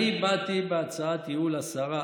אני באתי בהצעת ייעול לשרה.